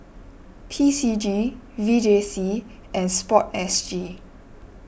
P C G V J C and Sport S G